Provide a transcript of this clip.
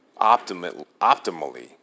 optimally